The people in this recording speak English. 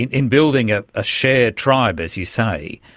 in building a ah shared tribe, as you say,